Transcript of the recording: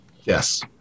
Yes